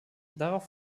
darauf